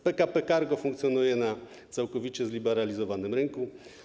PKP Cargo funkcjonuje na całkowicie zliberalizowanym rynku.